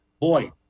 boy